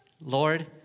Lord